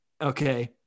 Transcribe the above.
Okay